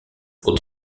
pour